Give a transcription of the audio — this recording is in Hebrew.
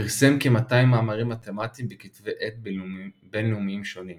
פרסם כ-200 מאמרים מתמטיים בכתבי עת בינלאומיים שונים.